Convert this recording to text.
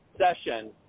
session